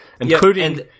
Including